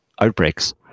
outbreaks